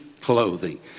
clothing